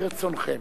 כרצונכם.